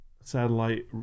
Satellite